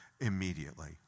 immediately